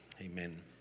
Amen